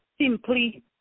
simply